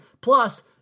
Plus